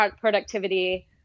productivity